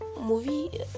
Movie